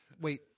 wait